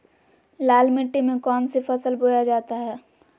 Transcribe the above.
लाल मिट्टी में कौन सी फसल बोया जाता हैं?